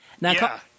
Now